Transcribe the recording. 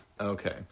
Okay